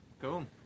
Cool